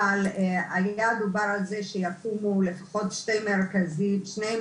אבל דובר על זה שיקומו לפחות שני מרכזים